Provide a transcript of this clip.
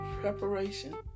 preparation